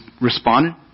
responded